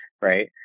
Right